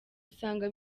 usanga